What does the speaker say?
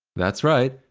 that's right!